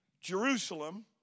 Jerusalem